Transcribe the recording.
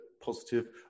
positive